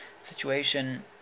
situation